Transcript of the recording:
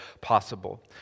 possible